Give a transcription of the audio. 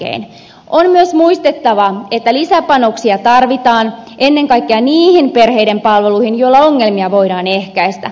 on myös muistettava että lisäpanoksia tarvitaan ennen kaikkea niihin perheiden palveluihin joilla ongelmia voidaan ehkäistä